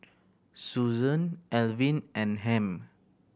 Susan Alvin and Hamp